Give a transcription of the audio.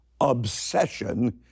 obsession